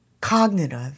cognitive